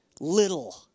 little